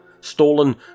Stolen